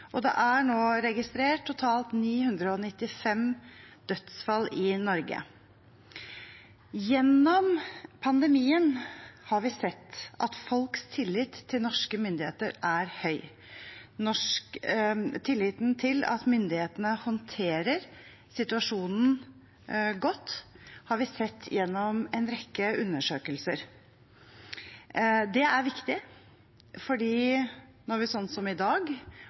Det er nå registrert totalt 995 dødsfall i Norge. Gjennom pandemien har vi sett at folks tillit til norske myndigheter er høy. Tillit til at myndighetene håndterer situasjonen godt, har vi sett i en rekke undersøkelser. Det er viktig, for når vi, sånn som i dag